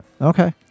Okay